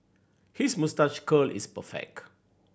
his moustache curl is perfect